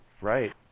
Right